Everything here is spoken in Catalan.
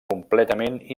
completament